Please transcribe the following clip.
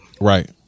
Right